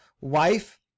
wife